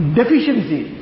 deficiency